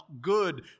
good